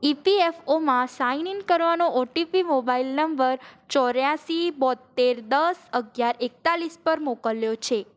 ઇ P F ઓમાં sign in કરવાનો O T P mobile number ચોર્યાશી બોત્તેર દસ અગિયાર એકતાળીસ પર મોકલ્યો છે